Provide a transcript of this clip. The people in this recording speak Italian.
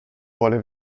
vuole